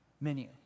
menu